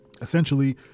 essentially